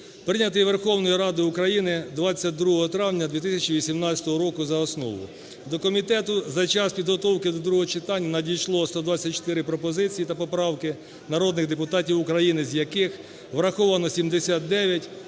прийнятий Верховною Радою України 22 травня 2018 року за основу. До комітету за час підготовки до другого читання надійшло 124 пропозиції та поправки народних депутатів України, з яких враховано 79,